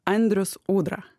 andrius ūdra